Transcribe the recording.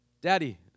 Daddy